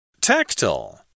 Tactile